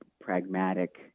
pragmatic